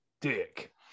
dick